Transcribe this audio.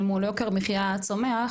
אל מול יוקר המחיה הצומח,